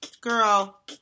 girl